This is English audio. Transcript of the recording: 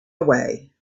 away